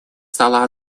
стала